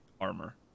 armor